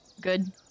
good